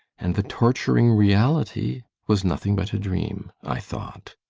and the torturing reality was nothing but a dream, i thought.